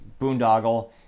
boondoggle